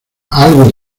algo